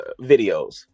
videos